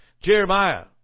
Jeremiah